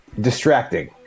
distracting